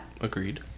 Agreed